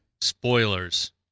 spoilers